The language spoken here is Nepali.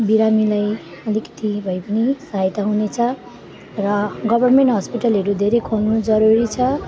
बिरामीलाई अलिकति भएपनि सहायता हुनेछ र गभर्मेन्ट हस्पिटलहरू धेरै खोल्नु जरुरी छ